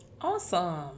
Awesome